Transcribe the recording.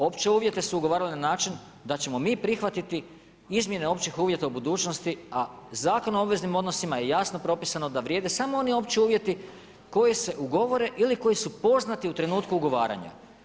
Opće uvjete su ugovarale na način da ćemo mi prihvatiti izmjene općih uvjeta u budućnosti, a Zakon o obveznim odnosima je jasno propisano da vrijeme samo oni opći uvjeti koji se ugovore ili koji su poznati u trenutku ugovaranja.